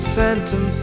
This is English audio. Phantom